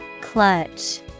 Clutch